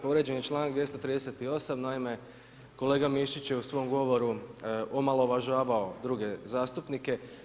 Povrijeđen je članak 238. naime kolega MIšić je u svom govoru omalovažavao druge zastupnike.